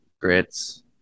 grits